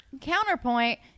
counterpoint